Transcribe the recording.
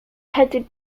headed